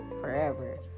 forever